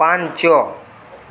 ପାଞ୍ଚ